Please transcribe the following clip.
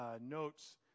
notes